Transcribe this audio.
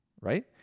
right